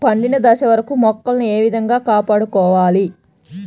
పండిన దశ వరకు మొక్కలను ఏ విధంగా కాపాడుకోవాలి?